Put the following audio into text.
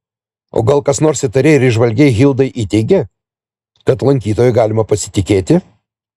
o gal kas nors įtariai ir įžvalgiai hildai įteigė kad lankytoju galima pasitikėti